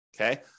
okay